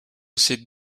ces